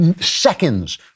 seconds